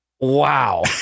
Wow